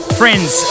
friends